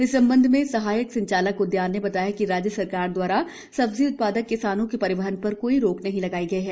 इस संबंध में सहायक संचालक उदयान ने बताया कि राज्य शासन दवारा सब्जी उत्पादक किसानों के सब्जी के परिवहन पर कोई रोक नही लगाई गई है